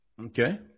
Okay